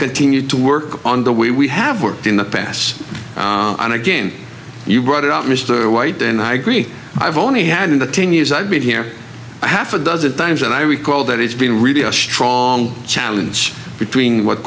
continue to work on the way we have worked in the past and again you brought it up mr white and i agree i've only had in the ten years i've been here half a dozen times and i recall that it's been really a strong challenge between what